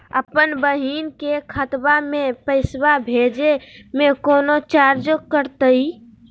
अपन बहिन के खतवा में पैसा भेजे में कौनो चार्जो कटतई?